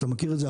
אתה מכיר את זה,